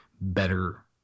better